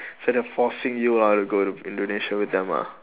so they're forcing you ah to go indonesia with them